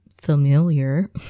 familiar